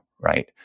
Right